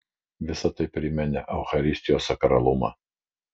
visa tai priminė eucharistijos sakralumą